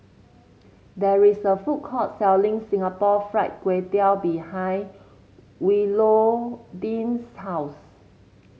there is a food court selling Singapore Fried Kway Tiao behind Willodean's house